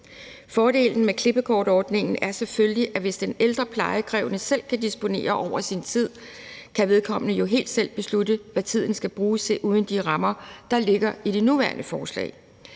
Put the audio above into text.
Fordelen ved klippekortordningen er selvfølgelig, at hvis den ældre plejekrævende selv kan disponere over sin tid, kan vedkommende jo helt selv beslutte, hvad tiden skal bruges til uden de rammer, der ligger i det nuværende forslag.